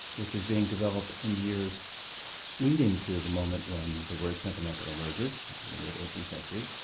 which is being developed in the years leading to the moment when the word sentimental emerges, in the mid eighteenth century,